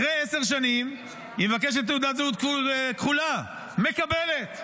אחרי עשר שנים היא מבקשת תעודת זהות כחולה, מקבלת.